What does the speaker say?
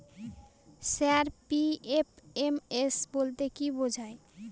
Sir PFMS বলতে কি বোঝায়?